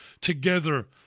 together